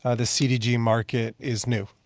ah the cdg market is new,